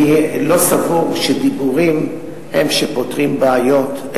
אני לא סבור שדיבורים הם שפותרים בעיות,